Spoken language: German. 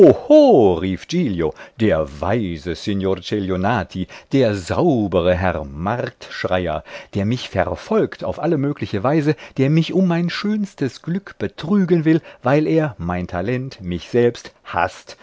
giglio der weise signor celionati der saubre herr marktschreier der mich verfolgt auf alle mögliche weise der mich um mein schönstes glück betrügen will weil er mein talent mich selbst haßt